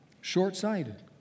Short-sighted